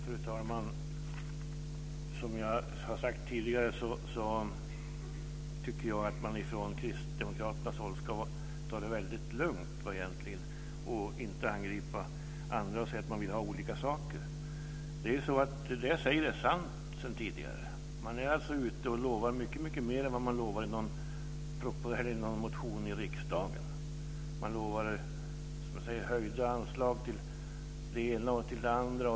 Fru talman! Som jag har sagt tidigare tycker jag att man från Kristdemokraternas håll ska ta det väldigt lugnt, inte angripa andra och säga att man vill ha olika saker. Det jag sagt sedan tidigare är sant. Man är ute och lovar mycket mer än vad man lovar i någon motion i riksdagen. Man lovar höjda anslag till det ena och det andra.